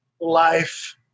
Life